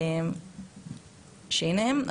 שהינה הם.